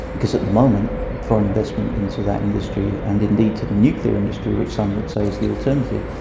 because at the moment foreign investment into that industry and indeed to the nuclear industry which some would say is the alternative,